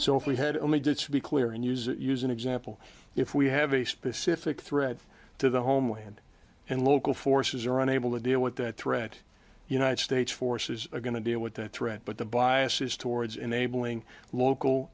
so if we had only gets to be clear and use use an example if we have a specific threat to the homeland and local forces are unable to deal with that threat united states forces are going to deal with that threat but the bias is towards enabling local